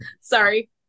Sorry